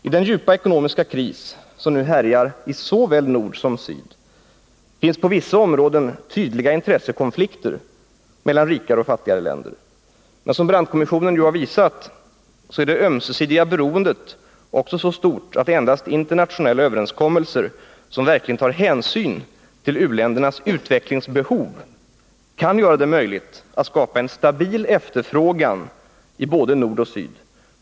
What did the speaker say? I den djupa ekonomiska kris som nu härjar i såväl nord som syd finns på vissa områden tydliga intressekonflikter mellan rikare och fattigare länder. Men som Brandtkommissionen har visat, är det ömsesidiga beroendet också så stort att endast internationella överenskommelser, som verkligen tar hänsyn till u-ländernas utvecklingsbehov, kan göra det möjligt att skapa en stabil efterfrågan i både nord och syd.